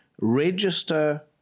register